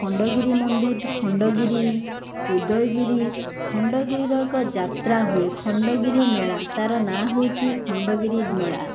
ଖଣ୍ଡଗିରି ମନ୍ଦିର ଖଣ୍ଡଗିରି ଉଦୟଗିରି ଖଣ୍ଡଗିରିର ଏକ ଯାତ୍ରାହୁଏ ଖଣ୍ଡଗିରିମେଳା ତାର ନାଁ ହେଉଛି ଖଣ୍ଡଗିରିମେଳା